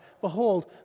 behold